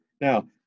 Now